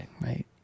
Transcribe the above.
right